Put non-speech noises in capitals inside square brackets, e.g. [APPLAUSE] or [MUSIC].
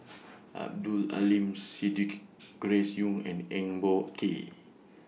[NOISE] Abdul Aleem Siddique Grace Young and Eng Boh Kee